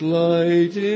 light